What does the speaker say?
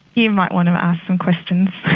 you might want to ask some questions,